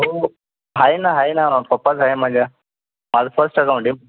हो आहे ना आहे ना पप्पाचं आहे माझ्या माझं फर्स्ट अकाऊंट आहे